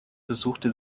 besuchte